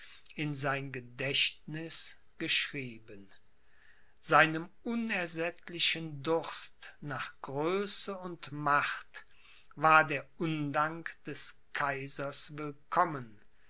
in sein gedächtniß geschrieben seinem unersättlichen durst nach größe und macht war der undank des kaisers willkommen